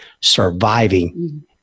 Surviving